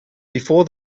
before